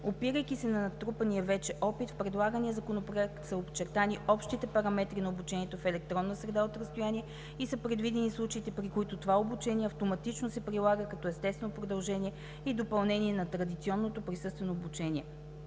Опирайки се на натрупания вече опит, в предлагания законопроект са очертани общите параметри на обучението в електронна среда от разстояние и са предвидени случаите, при които това обучение автоматично се прилага като естествено продължение и допълнение на традиционното присъствено обучение.